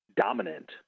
dominant